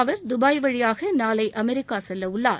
அவர் Dubai வழியாக நாளை America செல்ல உள்ளார்